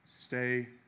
stay